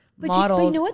models